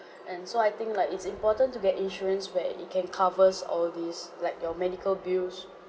and so I think like it's important to get insurance where it can covers all this like your medical bills